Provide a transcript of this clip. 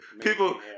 people